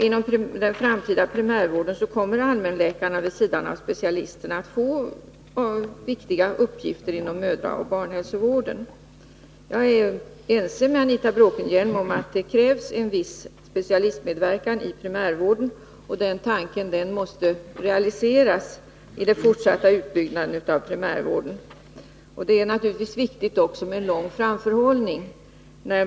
Inom den framtida primärvården kommer allmänläkarna att vid sidan av specialisterna få viktiga uppgifter inom mödraoch barnhälsovården. Jag är ense med Anita Bråkenhielm om att det krävs en viss specialistmedverkan i primärvården, och den tanken måste realiseras i den fortsatta utbyggnaden av primärvården. Vid bedömningen av utvecklingen är det naturligtvis också viktigt att ha en lång framförhållning.